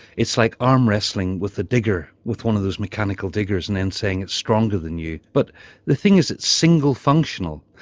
it's like arm wrestling with a digger, with one of those mechanical diggers and then saying it's stronger than you. but the thing is it's single functional.